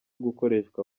gukoreshwa